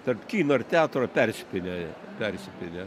tarp kino ir teatro persipynę persipynę